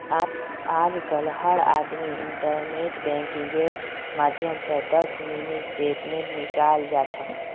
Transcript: आजकल हर आदमी इन्टरनेट बैंकिंगेर माध्यम स दस मिनी स्टेटमेंट निकाल जा छ